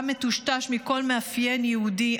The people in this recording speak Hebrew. עם מטושטש מכל מאפיין יהודי,